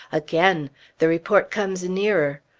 again the report comes nearer.